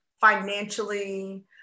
financially